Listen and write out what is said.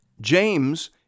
James